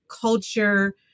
culture